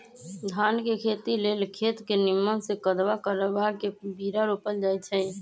धान के खेती लेल खेत के निम्मन से कदबा करबा के बीरा रोपल जाई छइ